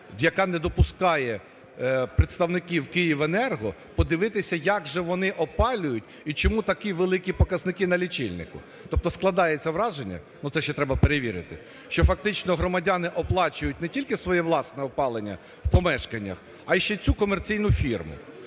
яка не допускає представників "Київенерго" подивитися, як же вони опалюють і чому такі великі показники на лічильнику. Тобто складається враження – оце ще треба перевірити, що, фактично, громадяни оплачують не тільки своє власне опалення в помешканнях, а ще й цю комерційну фірму.